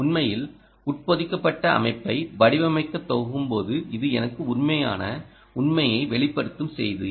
உண்மையில்உட்பொதிக்கப்பட்ட அமைப்பை வடிவமைக்கத் தொடங்கும் போது இது எனக்கு ஒரு உண்மையான உண்மையை வெளிப்படுத்தும் செய்தி